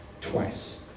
twice